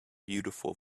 beautiful